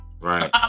Right